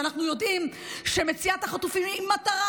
ואנחנו יודעים שמציאת החטופים היא מטרה